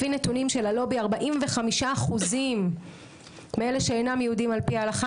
לפי הנתונים של הלובי 45% מאלה שאינם יהודים על-פי ההלכה,